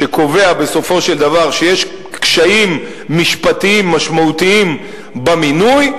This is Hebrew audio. שקובע בסופו של דבר שיש קשיים משפטיים משמעותיים במינוי,